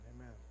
Amen